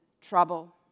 trouble